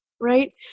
Right